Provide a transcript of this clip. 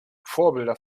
vorbilder